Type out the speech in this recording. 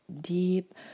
deep